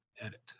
edit